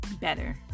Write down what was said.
better